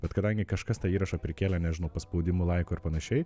bet kadangi kažkas tą įrašą prikėlė nežinau paspaudimu laiku ir panašiai